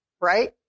Right